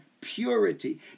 purity